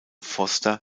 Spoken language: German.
foster